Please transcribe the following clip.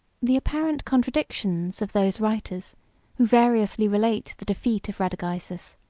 the apparent contradictions of those writers who variously relate the defeat of radagaisus,